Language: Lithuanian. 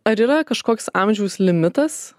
ar yra kažkoks amžiaus limitas